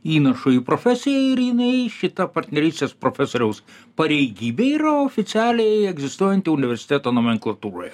įnašu į profesiją ir jinai šita partnerystės profesoriaus pareigybė yra oficialiai egzistuojanti universiteto nomenklatūroje